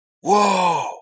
Whoa